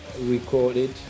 recorded